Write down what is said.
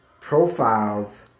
profiles